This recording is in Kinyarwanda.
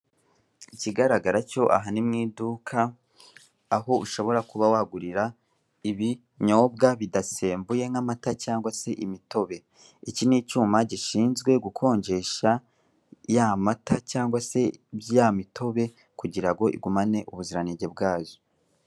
Ikigaragara cyo aha ni mu iduka, aho ushobora kuba wagurira ibinyobwa bidasembuye nk'amata cyangwa se imitobe. Iki ni icyuma gishinzwe gukonjesha ya mata cyangwa se ya mitobe kugira ngo igumane ubuziranenge bwazo.